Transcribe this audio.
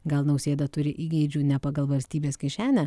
gal nausėda turi įgeidžių ne pagal valstybės kišenę